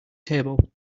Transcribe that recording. table